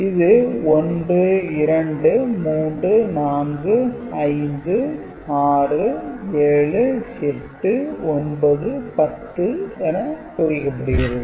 இது 1 2 3 4 5 6 7 8 9 10 என குறிக்கப்படுகிறது